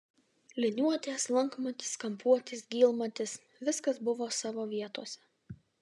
liniuotė slankmatis kampuotis gylmatis viskas buvo savo vietose